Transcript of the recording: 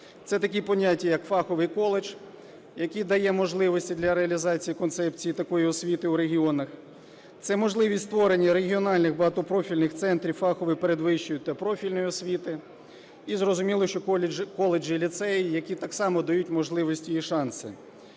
Це такі поняття, як "фаховий коледж", який дає можливості для реалізації концепції такої освіти в регіонах. Це можливість створення регіональних багатопрофільних центрів фахової передвищої та профільної освіти. І зрозуміло, що коледжі і ліцеї, які так само дають можливості і шанси.